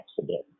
accident